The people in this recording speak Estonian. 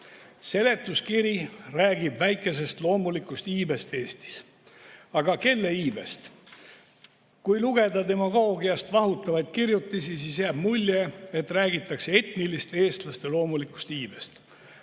Seletuskiri räägib väikesest loomulikust iibest Eestis. Aga kelle iibest? Kui lugeda demagoogiast vahutavaid kirjutisi, siis jääb mulje, et räägitakse etniliste eestlaste loomulikust iibest.